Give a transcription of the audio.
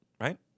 right